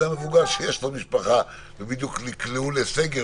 מבוגר שיש לו משפחה ובדיוק נקלעו לסגר,